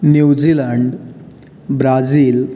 New Zealand Brazil